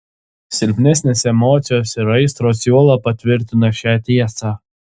silpnesnės emocijos ir aistros juolab patvirtina šią tiesą